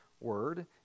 word